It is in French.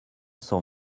cent